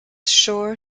sure